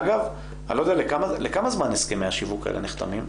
אגב, לכמה זמן הסכמי השיווק האלה נחתמים?